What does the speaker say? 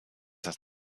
das